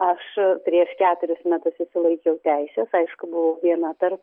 aš prieš keturis metus išsilaikiau teises aišku buvau viena tarp